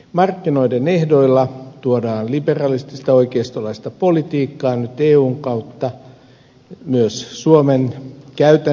markkinoiden ehdoilla tuodaan liberalistista oikeistolaista politiikkaa nyt eun kautta myös suomen käytäntöihin